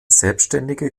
selbstständige